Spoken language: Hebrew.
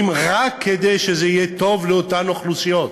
רק כדי שזה יהיה טוב לאותן אוכלוסיות.